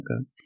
Okay